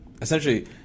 essentially